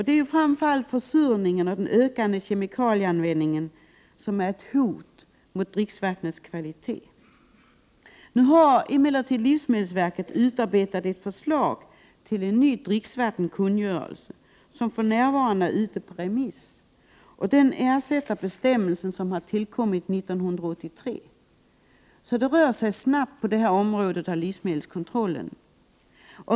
Det är framför allt försurningen och den ökande kemikalieanvändningen som är ett hot mot dricksvattnets kvalitet. Livsmedelsverket har emellertid utarbetat ett förslag till en ny dricksvattenkungörelse, som för närvarande är ute på remiss. Den ersätter den bestämmelse som tillkom år 1983. Så det rör sig snabbt på detta område av livsmedelskontrollen.